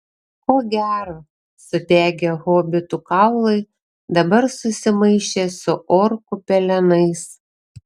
ko gero sudegę hobitų kaulai dabar susimaišė su orkų pelenais